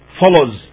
follows